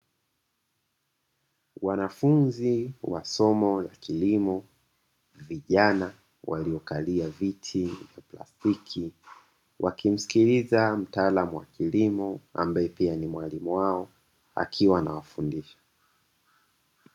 Wanafunzi wa somo la kilimo; vijana waliokalia viti vya plastiki, wakimsikiliza mtaalamu wa kilimo ambaye pia ni mwalimu wao, akiwa anawafundisha.